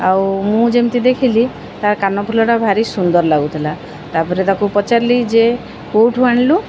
ଆଉ ମୁଁ ଯେମିତି ଦେଖିଲି ତ କାନଫୁଲଟା ଭାରି ସୁନ୍ଦର ଲାଗୁଥିଲା ତା'ପରେ ତାକୁ ପଚାରିଲି ଯେ କେଉଁଠୁ ଆଣିଲୁ